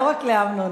לא רק לאמנון.